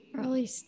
early